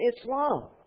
Islam